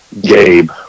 gabe